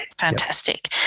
fantastic